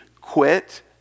quit